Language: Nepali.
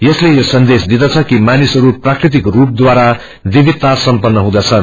यसले यो सन्देश दिँदछ कि ामानिसहरू प्राकृतिक रूपद्वारा विविधता सम्पन्न हुँदछन्